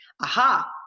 aha